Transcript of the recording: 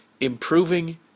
improving